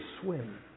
swim